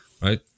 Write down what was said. Right